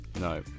No